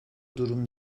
durum